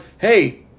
hey